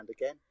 again